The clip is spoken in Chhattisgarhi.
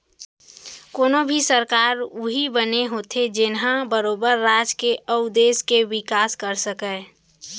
कोनो भी सरकार उही बने होथे जेनहा बरोबर राज के अउ देस के बिकास कर सकय